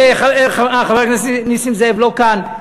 חבר הכנסת נסים זאב לא כאן,